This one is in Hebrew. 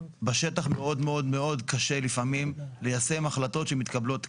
בשטח מאוד מאוד קשה לפעמים ליישם החלטות שמתקבלות כאן.